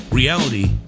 Reality